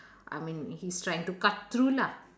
I mean he's trying to cut through lah